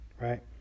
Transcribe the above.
Right